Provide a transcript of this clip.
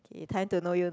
K time to know you